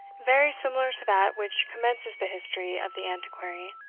very similar to that which commences the history of the antiquary.